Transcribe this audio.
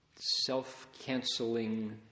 self-canceling